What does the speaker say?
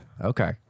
Okay